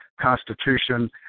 constitution